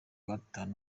gatanu